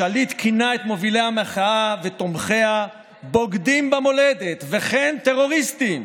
השליט כינה את מובילה המחאה ותומכיה "בוגדים במולדת" וכן "טרוריסטים".